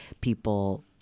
People